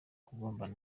gutombora